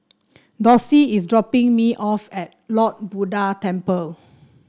Dorsey is dropping me off at Lord Buddha Temple